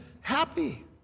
happy